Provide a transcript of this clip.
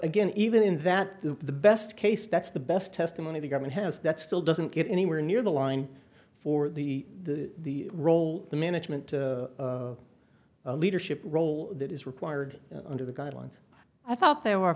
again even in that the best case that's the best testimony the government has that still doesn't get anywhere near the line for the role management leadership role that is required under the guidelines i thought there were